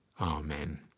amen